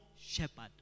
shepherd